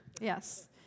Yes